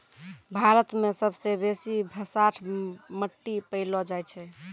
भारत मे सबसे बेसी भसाठ मट्टी पैलो जाय छै